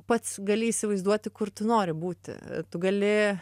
pats gali įsivaizduoti kur tu nori būti tu gali